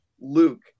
Luke